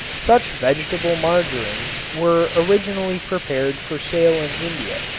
such vegetable margarins were originally prepared for sale in india,